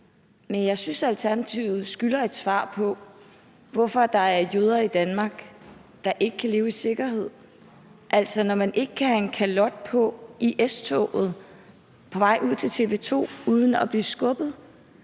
Jeg synes, at Alternativet skylder et svar på, hvorfor det er, at vi har jøder i Danmark, der ikke kan leve i sikkerhed, altså, at man ikke kan have en kalot på i S-toget på vej til TV 2 uden at blive skubbet.